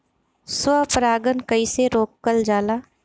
स्व परागण कइसे रोकल जाला?